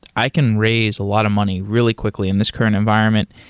i can raise a lot of money really quickly in this current environment.